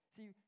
See